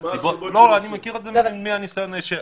אני מכיר את זה מהניסיון האישי.